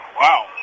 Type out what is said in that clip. Wow